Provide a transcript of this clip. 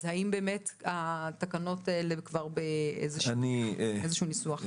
אז האם באמת התקנות כבר באיזה שהוא ניסוח.